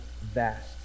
vast